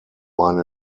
eine